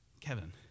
Kevin